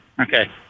Okay